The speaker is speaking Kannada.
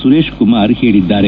ಸುರೇಶಕುಮಾರ್ ಹೇಳಿದ್ದಾರೆ